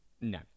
No